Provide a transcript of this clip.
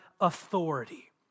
authority